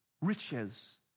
riches